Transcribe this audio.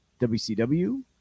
WCW